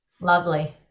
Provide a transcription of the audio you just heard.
Lovely